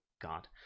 God